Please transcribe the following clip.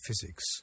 physics